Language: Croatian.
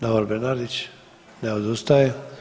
Davor Bernardić, ne, odustaje.